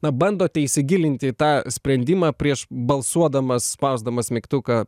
na bandote įsigilinti į tą sprendimą prieš balsuodamas spausdamas mygtuką